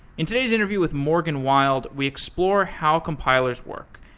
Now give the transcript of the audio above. in today's interview with morgan wild, we explore how compilers work,